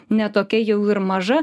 ne tokia jau ir maža